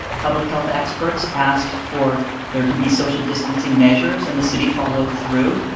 public health experts asked for there to be social distancing measures and the city followed through,